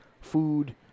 food